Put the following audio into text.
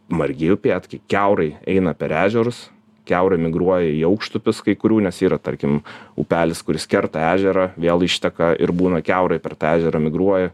margieji upėtakiai kiaurai eina per ežerus kiaurai migruoja į aukštupius kai kurių nes yra tarkim upelis kuris kerta ežerą vėl išteka ir būna kiaurai per tą ežerą migruoja